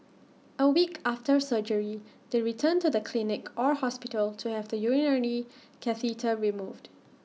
A week after surgery they return to the clinic or hospital to have the urinary catheter removed